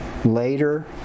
later